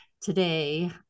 Today